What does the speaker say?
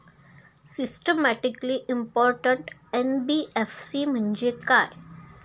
Systematically important NBFC म्हणजे काय?